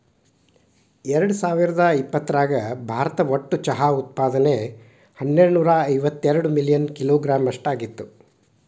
ಎರ್ಡಸಾವಿರದ ಇಪ್ಪತರಾಗ ಭಾರತ ಒಟ್ಟು ಚಹಾ ಉತ್ಪಾದನೆಯು ಹನ್ನೆರಡನೂರ ಇವತ್ತೆರಡ ಮಿಲಿಯನ್ ಕಿಲೋಗ್ರಾಂ ಅಷ್ಟ ಆಗಿತ್ತು